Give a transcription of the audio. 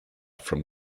from